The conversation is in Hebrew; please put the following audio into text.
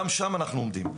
גם שם אנחנו עומדים.